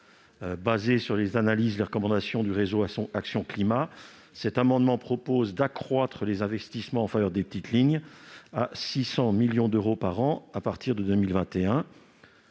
Fondé sur les analyses et recommandations du réseau Action Climat, cet amendement a pour objet d'accroître les investissements en faveur des petites lignes pour les porter à 600 millions d'euros par an à partir de 2021.